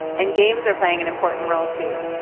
and games are playing an important role too.